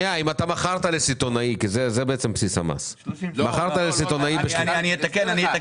מכרת לסיטונאי, כי זה בעצם בסיס המס, ב-30 שקלים.